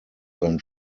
sein